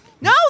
No